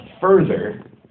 further